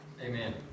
Amen